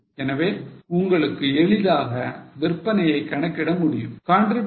எனவே உங்களுக்கு எளிதாக விற்பனையை கணக்கிட முடியும்